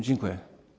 Dziękuję.